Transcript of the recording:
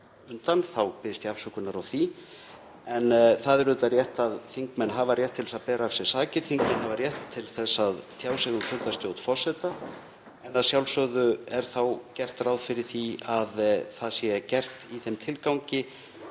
þá biðst ég afsökunar á því. Það er auðvitað rétt að þingmenn hafa rétt til þess að bera af sér sakir og þingmenn hafa rétt til að tjá sig um fundarstjórn forseta en að sjálfsögðu er þó gert ráð fyrir því að það sé gert í þeim tilgangi